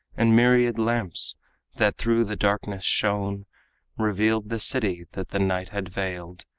and myriad lamps that through the darkness shone revealed the city that the night had veiled,